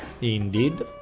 Indeed